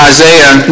Isaiah